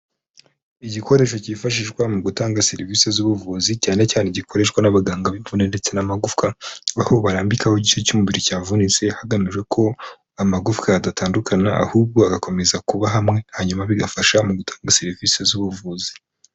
Igikoresho cyifashishwa mu gutanga serivisi z'ubuvuzi, cyane cyane gikoreshwa n'abaganga b'imbune ndetse n'amagufwa aho barambikaho igice cy'umubiri cyavunitse, hagamijwe ko, amagufwa adatandukana ,ahubwo agakomeza kuba hamwe hanyuma bigafasha mu gutanga serivisi z'ubuvuzi.